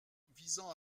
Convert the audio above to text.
visant